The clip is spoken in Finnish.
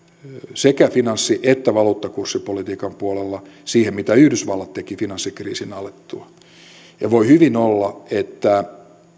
sekä finanssi että valuuttakurssipolitiikan puolella siihen mitä yhdysvallat teki finanssikriisin alettua voi hyvin olla että